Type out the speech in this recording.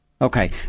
Okay